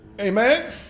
Amen